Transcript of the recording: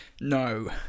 No